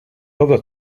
other